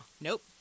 Nope